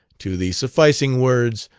to the sufficing words,